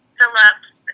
Phillips